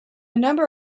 number